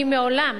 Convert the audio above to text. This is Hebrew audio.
כי מעולם